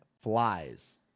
flies